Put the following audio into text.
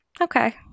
Okay